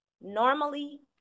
normally